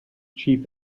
chief